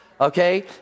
Okay